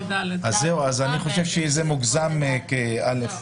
אני חושב שזה מוגזם בדרגת מס א'.